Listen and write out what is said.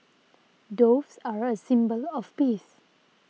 doves are a symbol of peace